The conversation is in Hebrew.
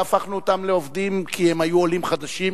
והפכנו אותם לעובדים כי הם היו עולים חדשים,